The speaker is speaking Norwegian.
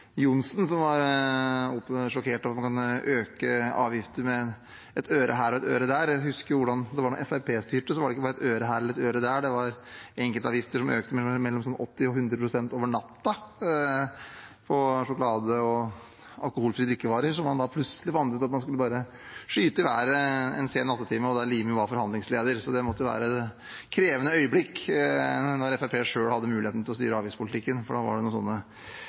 Johnsen var sjokkert over at man kan øke avgifter med et øre her og et øre der. Jeg husker hvordan det var da Fremskrittspartiet styrte, da var det ikke bare et øre her eller et øre der. Det var enkeltavgifter som økte med mellom 80 og 100 pst. over natta, f.eks. på sjokolade og alkoholfrie drikkevarer, der man plutselig fant ut at man bare skulle skyte avgiftene i været en sen nattetime der Limi var forhandlingsleder. Det må ha vært et krevende øyeblikk. Da Fremskrittspartiet selv hadde muligheten til å styre avgiftspolitikken, var det noen sånne